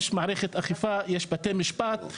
יש מערכת אכיפה, יש בתי משפט.